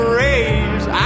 raise